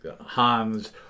Hans